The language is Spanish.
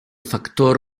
factor